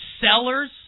Sellers